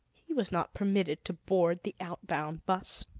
he was not permitted to board the outbound bus.